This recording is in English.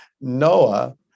Noah